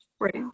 right